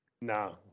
No